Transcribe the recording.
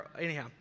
Anyhow